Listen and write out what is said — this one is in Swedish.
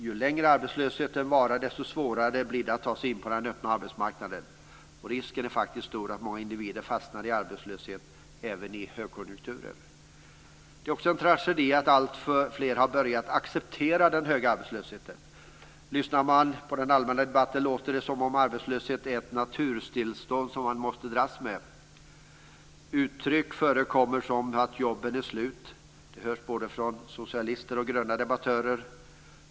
Ju längre arbetslösheten varar, desto svårare blir det att ta sig in på den öppna arbetsmarknaden. Risken är faktiskt stor att många individer fastnar i arbetslöshet även i högkonjunkturer. Det är också en tragedi att alltfler har börjat acceptera den höga arbetslösheten. Lyssnar man på den allmänna debatten låter det som om arbetslöshet är ett naturtillstånd som man måste dras med. Uttryck som "jobben är slut" hörs både från socialister och gröna debattörer.